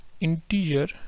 integer